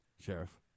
Sheriff